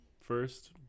first